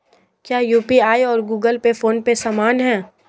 क्या यू.पी.आई और Google Pay PhonePe समान हैं?